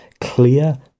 clear